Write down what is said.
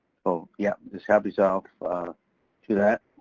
so yeah, just help yourself to that.